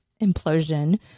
implosion